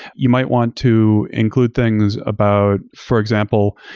you might want to include things about for example,